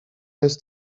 jest